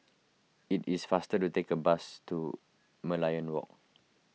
it is faster to take a bus to Merlion Walk